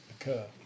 occur